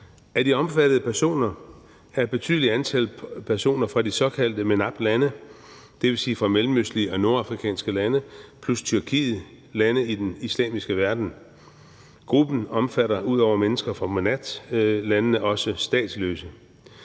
Af de omfattede personer er et betydeligt antal personer fra de såkaldte MENAPT-lande, dvs. fra mellemøstlige og nordafrikanske lande plus Tyrkiet – lande i den islamiske verden. Gruppen omfatter ud over mennesker fra MENAPT-landene også statsløse.